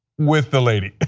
with the lady.